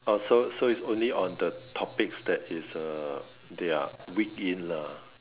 uh so so is only on the topics that is uh they are weak in lah